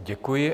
Děkuji.